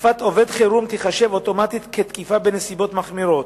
תקיפת עובד חירום תיחשב אוטומטית כתקיפה בנסיבות מחמירות,